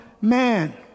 man